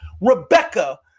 Rebecca